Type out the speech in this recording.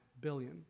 billion